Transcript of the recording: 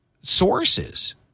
sources